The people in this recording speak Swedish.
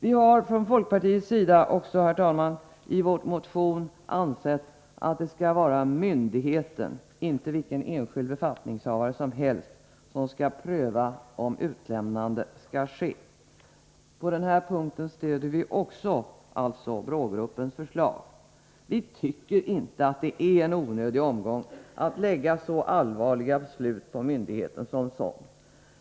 Vi har från folkpartiets sida i vår motion anfört att det bör vara myndigheten, inte vilken enskild befattningshavare som helst, som skall pröva om utlämnande skall ske. Även på den punkten stöder vi alltså BRÅ-gruppens förslag. Vi tycker inte att det är en onödig omgång att lägga sådana viktiga beslut på myndigheten som sådan.